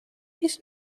his